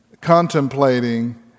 contemplating